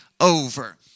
over